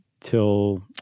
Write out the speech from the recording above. till